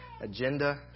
agenda